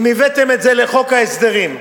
אם הבאתם את זה לחוק ההסדרים,